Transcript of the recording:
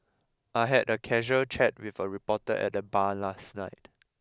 I had a casual chat with a reporter at the bar last night